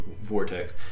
vortex